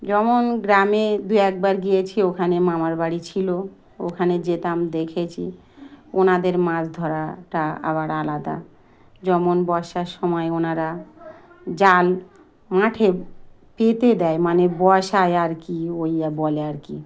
যেমন গ্রামে দু একবার গিয়েছি ওখানে মামার বাড়ি ছিল ওখানে যেতাম দেখেছি ওনাদের মাছ ধরাটা আবার আলাদা যেমন বর্ষার সময় ওনারা জাল আঠে পেতে দেয় মানে বসায় আর কি ওইয়া বলে আর কি